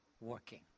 working